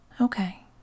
Okay